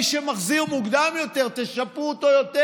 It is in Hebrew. מי שמחזיר מוקדם יותר, תשפו אותו יותר.